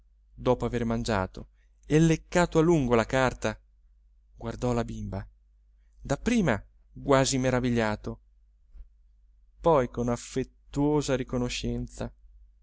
dopo aver mangiato e leccato a lungo la carta guardò la bimba dapprima quasi meravigliato poi con affettuosa riconoscenza